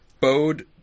bowed